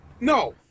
No